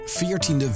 14e